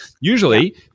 usually